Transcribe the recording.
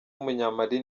w’umunyamali